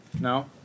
No